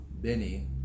Benny